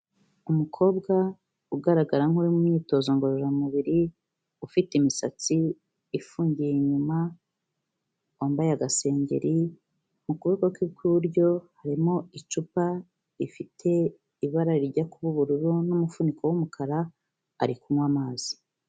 Umukobwa ugaragara nk'uri mu myitozo ngororamubiri, ufite imisatsi ifungiye inyuma, wambaye agasengeri, mu kuboko kwe kw'iburyo, harimo icupa rifite ibara rijya kuba ubururu n'umufuniko w'umukara, ari kunywa amazi.